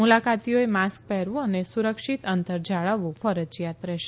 મુલાકાતીઓએ mask પહેરવુ અને સુરક્ષિત અંતર જાળવવું ફરજીયાત રહેશે